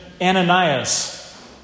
Ananias